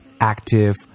active